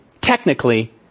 technically